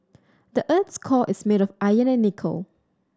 the earth's core is made of iron and nickel